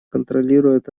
контролирует